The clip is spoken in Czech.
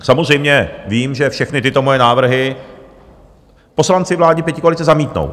Samozřejmě vím, že všechny tyto moje návrhy poslanci vládní pětikoalice zamítnou.